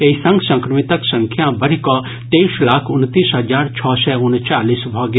एहि संग संक्रमितक संख्या बढ़ि कऽ तेईस लाख उनतीस हजार छओ सय उनचालीस भऽ गेल